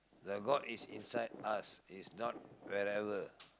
the god is inside us he's not wherever